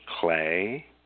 clay